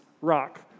rock